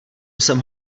jsem